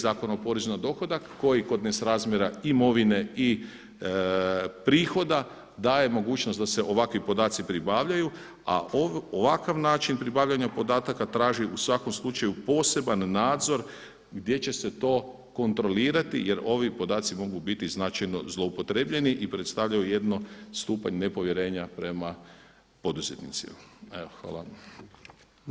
Zakona o porezu na dohodak koji kod nesrazmjera imovine i prihoda daje mogućnost da se ovakvi podaci pribavljaju, a ovakav način pribavljanja podataka traži u svakom slučaju poseban nadzor gdje će se to kontrolirati jer ovi podaci mogu biti značajno zloupotrebljeni i predstavljaju jedan stupanj nepovjerenja prema poduzetnicima.